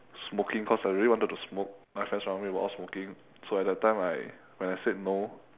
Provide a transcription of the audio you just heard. smoking cause I really wanted to smoke my friends around me were all smoking so at that time I when I said no